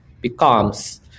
becomes